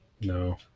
No